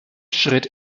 schritt